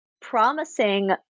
promising